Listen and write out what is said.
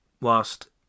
whilst